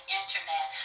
internet